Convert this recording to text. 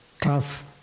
tough